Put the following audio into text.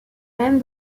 mêmes